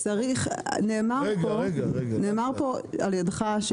נאמר פה על ידך,